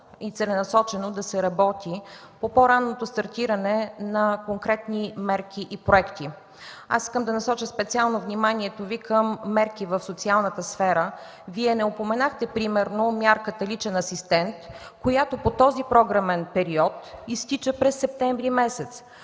и целенасочено да се работи по по-ранното стартиране на конкретни мерки и проекти. Аз искам да насоча специално вниманието Ви към мерки в социалната сфера. Вие не упоменахте примерно мярката „Личен асистент”, която по този програмен период изтича през месец